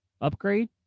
Upgrade